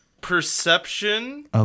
Perception